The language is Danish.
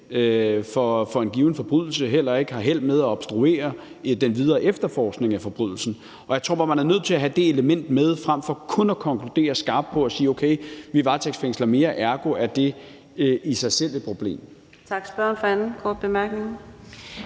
for en given forbrydelse ikke har held med at obstruere den videre efterforskning af forbrydelsen. Jeg tror bare, man er nødt til at have det element med frem for kun at konkludere skarpt, at vi varetægtsfængsler mere, og at ergo er det i sig selv et problem.